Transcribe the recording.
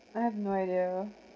I have no idea